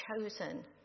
chosen